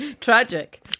Tragic